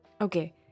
Okay